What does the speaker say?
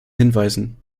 hinweisen